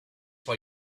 for